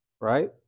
right